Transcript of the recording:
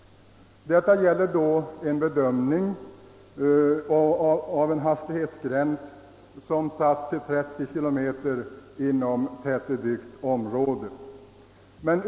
Detta uttalande avser förslaget om en hastighetsgräns på 30 km inom tättbebyggda områden.